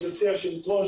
גברתי היושבת-ראש,